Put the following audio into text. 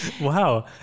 wow